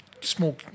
small